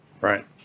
Right